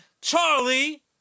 charlie